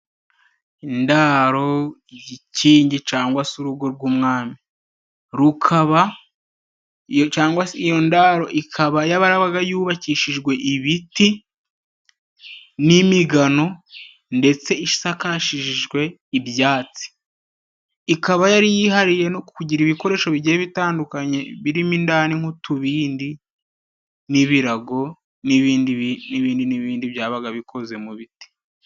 Indaro, igikingi cyangwag se urugo rw'umwami. Rukaba cyangwa iyo ndaro ikaba yarabaga yubakishijwe ibiti n'imigano, ndetse isakashishijwe ibyatsi. Ikaba yari yihariye kugira ibikoresho bigenda bitandukanye birimo indani nk'utubindi n'ibirago, n'ibindi n'ibindi byabaga bikoze mu biti.